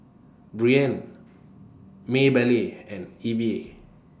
Breanne Maybelle and Evia